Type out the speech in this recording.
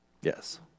Yes